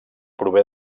prové